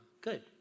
good